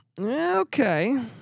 Okay